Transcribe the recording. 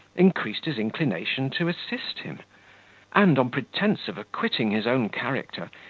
increased his inclination to assist him and, on pretence of acquitting his own character,